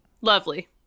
Lovely